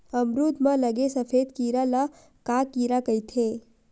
अमरूद म लगे सफेद कीरा ल का कीरा कइथे?